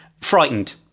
frightened